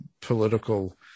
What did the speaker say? political